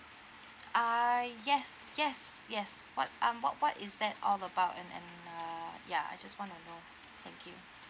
uh yes yes yes what um what what is that all about and and uh ya I just want to know thank you